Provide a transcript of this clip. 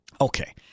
Okay